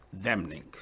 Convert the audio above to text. damning